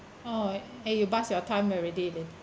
oh eh you pass your time already then